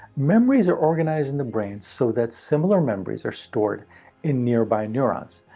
memories are organized in the brain so that similar memories are stored in nearby neurons.